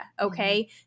okay